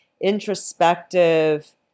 introspective